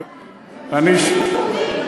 בית-המשפט, מחוזי.